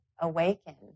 awaken